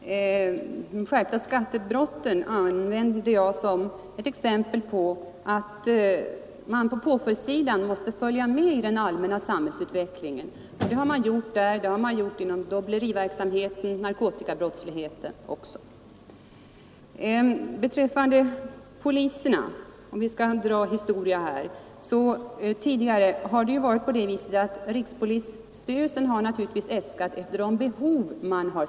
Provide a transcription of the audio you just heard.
Herr talman! De skärpta straffen för skattebrott anförde jag som exempel på att man på påföljdssidan måste följa med i den allmänna samhällsutvecklingen, och det har man också gjort inom dobblerioch narkotikabrottsligheten. Beträffande poliserna — om vi nu skall ägna oss åt historia här — har - Nr 106 det tidigare varit så att rikspolisstyrelsens anslagsäskanden har baserats på Fredagen den föreliggande behov.